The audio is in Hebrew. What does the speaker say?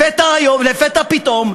לפתע פתאום,